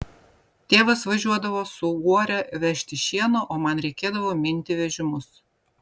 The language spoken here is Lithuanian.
tėvas važiuodavo su uore vežti šieno o man reikėdavo minti vežimus